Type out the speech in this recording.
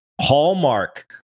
hallmark